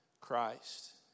Christ